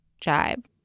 jibe